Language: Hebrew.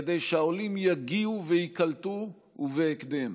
כדי שהעולים יגיעו וייקלטו ובהקדם.